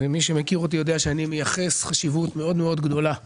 מי שמכיר אותי יודע שאני מייחס חשיבות מאוד מאוד גדולה לכנסת,